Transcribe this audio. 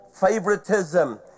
Favoritism